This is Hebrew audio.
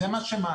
זה מה שמעניין.